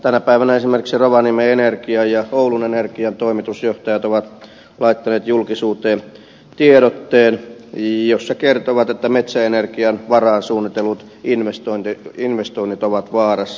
tänä päivänä esimerkiksi rovaniemen energian ja oulun energian toimitusjohtajat ovat laittaneet julkisuuteen tiedotteen jossa kertovat että metsäenergian varaan suunnitellut investoinnit ovat vaarassa